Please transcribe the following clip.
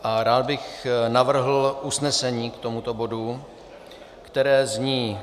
A rád bych navrhl usnesení k tomuto bodu, které zní: